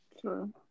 True